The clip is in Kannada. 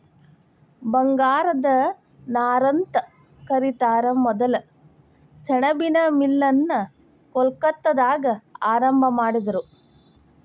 ಬಂಗಾರದ ನಾರಂತ ಕರಿತಾರ ಮೊದಲ ಸೆಣಬಿನ್ ಮಿಲ್ ನ ಕೊಲ್ಕತ್ತಾದಾಗ ಆರಂಭಾ ಮಾಡಿದರು